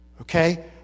Okay